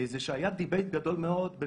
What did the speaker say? זה שהיה דיבייט גדול מאוד,